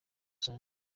rusange